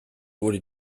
wurde